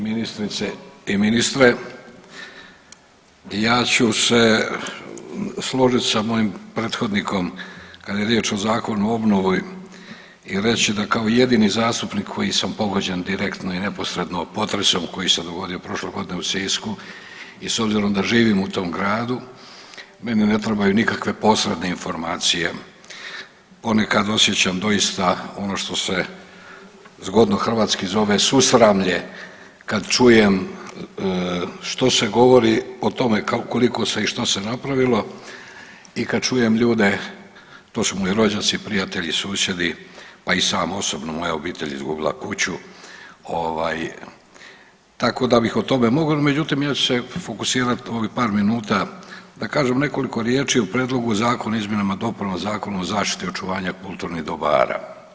Ministrice i ministre, ja ću se složit sa mojim prethodnikom kad je riječ o Zakonu o obnovi i reći da kao jedini zastupnik koji sam pogođen direktno i neposredno potresom koji se dogodio prošle godine u Sisku i s obzirom da živim u tom gradu meni ne trebaju nikakve posredne informacije, ponekad osjećam doista ono što se zgodno hrvatski zove susramlje kad čujem što se govori o tome koliko i što se napravilo i kad čujem ljude, to su moji rođaci, prijatelji i susjedi, pa i sam osobno, moja obitelj je izgubila kuću, ovaj tako da bih o tome mogao, međutim ja ću se fokusirat ovih par minuta da kažem nekoliko riječi o prijedlogu zakona o izmjenama i dopunama Zakona o zaštiti očuvanja kulturnih dobara.